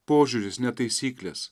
požiūris ne taisyklės